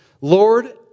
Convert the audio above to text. Lord